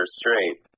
straight